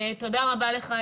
תודה רבה לך,